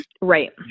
Right